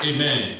Amen